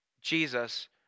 Jesus